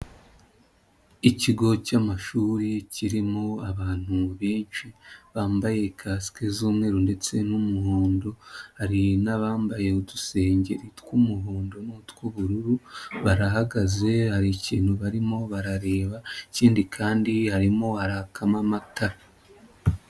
Ikigo cy'amashuri kirimo abantu benshi bambaye kasike z'umweru ndetse n'umuhondo, hari n'abandi bambaye udusengeri tw'umuhondo n'u tw'ubururu, barahagaze hari ikintu barimo barareba ikindi kandi harimo harakamo amatara.